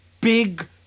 big